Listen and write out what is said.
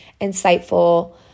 insightful